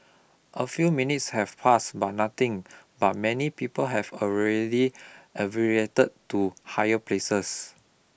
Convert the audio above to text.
a few minutes have passed but nothing but many people have already evacuated to higher places